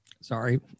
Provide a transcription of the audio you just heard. Sorry